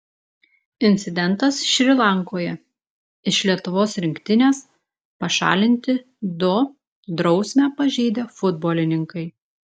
incidentas šri lankoje iš lietuvos rinktinės pašalinti du drausmę pažeidę futbolininkai